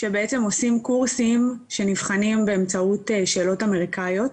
שעושים קורסים שנבחנים באמצעות שאלות אמריקאיות,